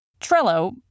Trello